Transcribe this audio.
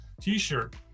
t-shirt